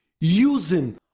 using